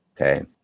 Okay